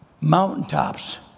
Mountaintops